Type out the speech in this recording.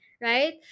right